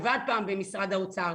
עבד פעם במשרד האוצר,